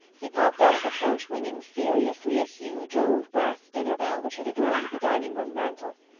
he popped out of the porch ringing furiously a huge old brass dinner bell which had adorned the dining room mantel.